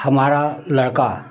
हमारा लड़का